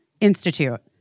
Institute